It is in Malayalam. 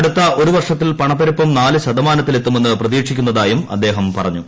അടുത്ത ഒരു വർഷത്തിൽ പണപ്പെരുപ്പം നാല് ശതമാനത്തിലെത്തുമെന്ന് പ്രതീക്ഷിക്കുന്നതായും അദ്ദേഹം പറഞ്ഞു